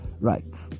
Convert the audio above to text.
right